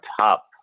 top